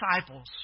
disciples